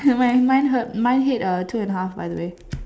mine mine heard mine hit two and a half by the way